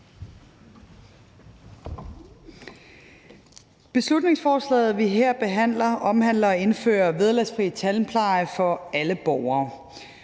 Beslutningsforslaget, vi her behandler, omhandler at indføre vederlagsfri tandpleje for alle borgere.